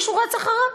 מישהו רץ אחריך?